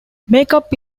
makeup